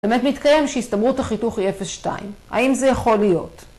באמת מתקיים שהסתברות החיתוך היא 0.2, האם זה יכול להיות?